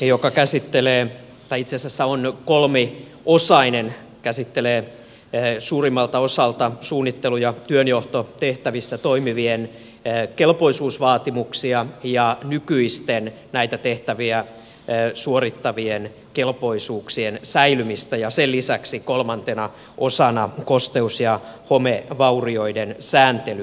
tämä lakiesitys joka on kolmeosainen käsittelee suurimmalta osalta suunnittelu ja työnjohtotehtävissä toimivien kelpoisuusvaatimuksia ja nykyisten näitä tehtäviä suorittavien kelpoisuuksien säilymistä ja sen lisäksi kolmantena osana kosteus ja homevaurioiden sääntelyä